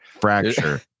fracture